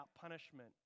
punishment